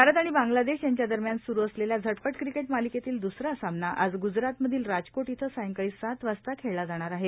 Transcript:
भारत आणि बांग्लादेश यांच्या दरम्यान सुरू असलेल्या झटपट क्रिकेट मालिकेतील दुसरा सामना आज ग्रजरातमधील राजकोट इवं सायंकाळी सात वाजता खेळला जाणार आहे